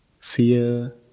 fear